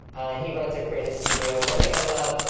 and he runs a creative studio. one thing i love,